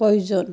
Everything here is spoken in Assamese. প্ৰয়োজন